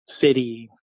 city